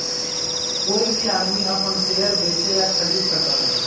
कोई भी आदमी अपन शेयर बेच या खरीद सका हई